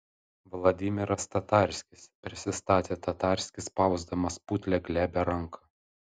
vladimiras tatarskis prisistatė tatarskis spausdamas putlią glebią ranką